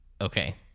Okay